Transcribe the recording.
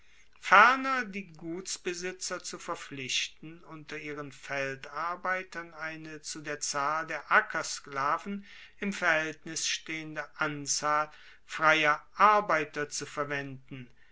ferner die gutsbesitzer zu verpflichten unter ihren feldarbeitern eine zu der zahl der ackersklaven im verhaeltnis stehende anzahl freier arbeiter zu verwenden